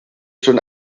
schon